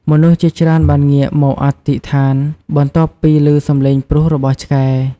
មនុស្សជាច្រើនបានងាកមកអធិស្ឋានបន្ទាប់ពីឮសំឡេងព្រុសរបស់ឆ្កែ។